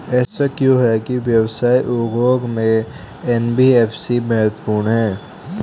ऐसा क्यों है कि व्यवसाय उद्योग में एन.बी.एफ.आई महत्वपूर्ण है?